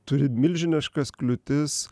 turi milžiniškas kliūtis